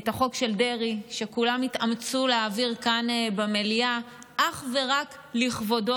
את החוק של דרעי שכולם התאמצו להעביר כאן במליאה אך ורק לכבודו,